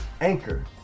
Anchor